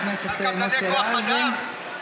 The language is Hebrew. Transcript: רק קבלני כוח אדם?